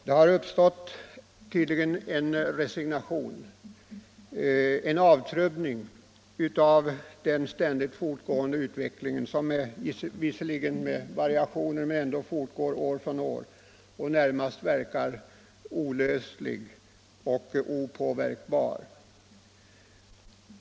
Det har tydligen uppstått en resignation och en avtrubbning inför den ständigt fortgående inflationsutvecklingen, som visserligen varierar men ändå fortgår år efter år. Den förefaller närmast opåverkbar och olöslig.